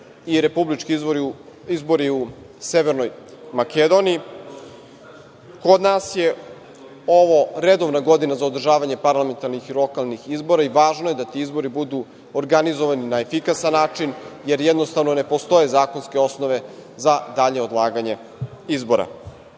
i republički izbori u Severnoj Makedoniji, kod nas je ovo redovna godina za održavanje parlamentarnih i lokalnih izbora i važno je da ti izbori budu organizovani na efikasan način, jer, jednostavno, ne postoje zakonske osnove za dalje odlaganje